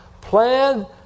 plan